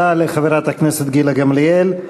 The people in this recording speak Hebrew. תודה לחברת הכנסת גילה גמליאל.